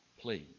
please